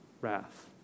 wrath